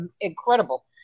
incredible